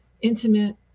intimate